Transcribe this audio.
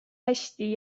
hästi